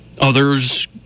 Others